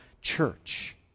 church